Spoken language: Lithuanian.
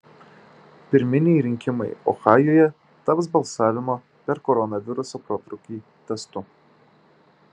pirminiai rinkimai ohajuje taps balsavimo per koronaviruso protrūkį testu